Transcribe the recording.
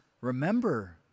remember